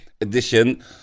edition